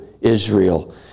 Israel